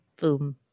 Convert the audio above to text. boom